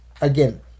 again